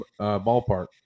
Ballpark